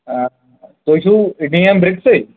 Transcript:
تُہۍ چھِوٕ حظ ڈی ایم برٛکسی